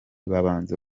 babanza